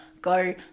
go